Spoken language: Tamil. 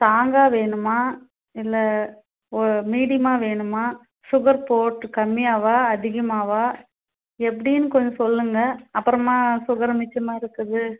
ஸ்ட்ராங்காக வேணுமா இல்லை ஒரு மீடியமா வேணுமா சுகர் போட்டுக் கம்மியாகவா அதிகமாகவா எப்படின்னு கொஞ்சம் சொல்லுங்க அப்புறமா சுகரு மிச்சமாக இருக்குது